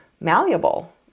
malleable